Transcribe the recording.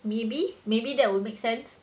maybe maybe that would make sense